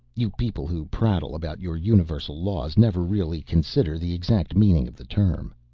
you people who prattle about your universal laws never really consider the exact meaning of the term.